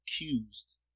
accused